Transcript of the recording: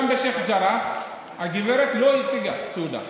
גם בשייח' ג'ראח הגברת לא הציגה תעודה.